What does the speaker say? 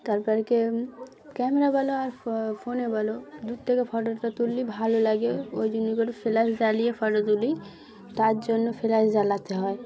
তারপর গিয়ে ক্যামেরা বলো আর ফ ফোনে বলো দূর থেকে ফটোটা তুললে ভালো লাগে ওই জন্য করে ফ্ল্যাশ জ্বালিয়ে ফটো তুলি তার জন্য ফ্ল্যাশ জ্বালাতে হয়